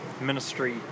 ministry